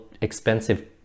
expensive